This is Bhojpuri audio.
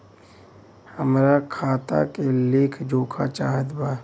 हमरा खाता के लेख जोखा चाहत बा?